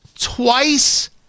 twice